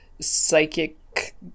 psychic